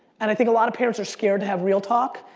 and i think a lot of parents are scared to have real talk.